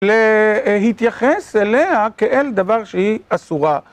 להתייחס אליה כאל דבר שהיא אסורה.